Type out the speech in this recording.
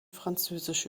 französische